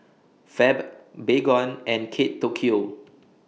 Fab Baygon and Kate Tokyo